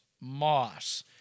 Moss